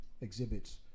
Exhibits